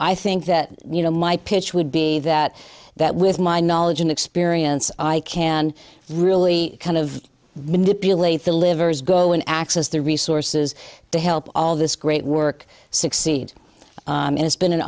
i think that you know my pitch would be that that with my knowledge and experience i can really kind of manipulate the liver's go and access the resources to help all this great work succeed and it's been an